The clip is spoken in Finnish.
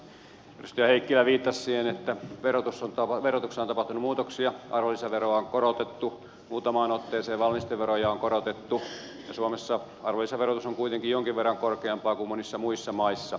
edustaja heikkilä viittasi siihen että verotuksessa on tapahtunut muutoksia arvonlisäveroa on korotettu muutamaan otteeseen valmisteveroja on korotettu ja suomessa arvonlisäverotus on kuitenkin jonkin verran korkeampaa kuin monissa muissa maissa